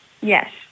Yes